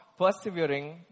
Persevering